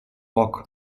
rock